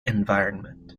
environment